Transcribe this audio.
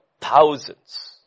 thousands